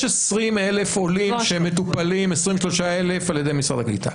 יש 23,000 עולים שמטופלים על ידי משרד הקליטה,